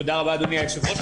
תודה רבה אדוני היושב ראש.